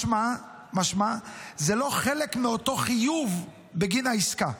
משמע זה לא חלק מאותו חיוב בגין העסקה.